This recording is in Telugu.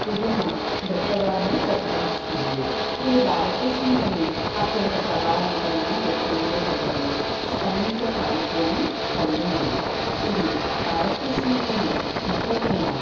విభిన్న దృక్పథాలను ప్రతిబింబిస్తుంది ఇది భారతదేశంలోని అత్యంత ప్రభావంతమైన వ్యక్తులలో కొందరిని స్పందించే సామర్థ్యాన్ని కలిగి ఉంది ఇది భారతదేశంలోనే ముఖ్యమైన